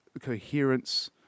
coherence